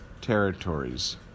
territories